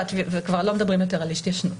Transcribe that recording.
וכבר לא מדברים יותר על התיישנות.